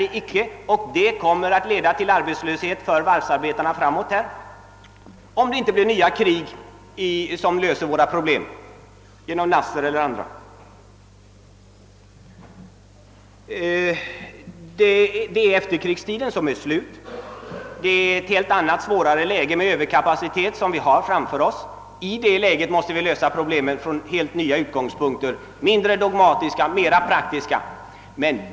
Det kommer framöver att leda till arbetslöshet för varvsarbetarna, om världen inte genom Nassers eller någon annans försorg drabbas av ett nytt krig som löser våra problem. Efterkrigstiden är slut, och vi har nu ett helt annat och besvärligare läge med överkapacitet framför oss. Och då måste vi lösa problemen från helt nya, mindre dogmatiska och mera praktiska utgångspunkter.